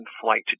flight